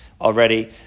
already